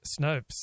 Snopes